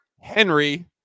Henry